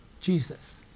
Jesus